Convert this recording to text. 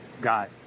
God